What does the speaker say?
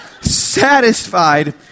satisfied